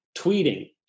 tweeting